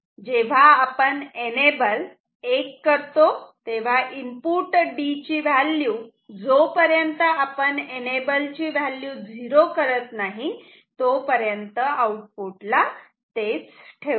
जेव्हा आपण एनेबल 1 करतो तेव्हा इनपुट D ची व्हॅल्यू जोपर्यंत आपण एनेबल ची व्हॅल्यू 0 करत नाही तोपर्यंत आउटपुटला तेच ठेवते